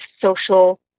social